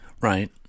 right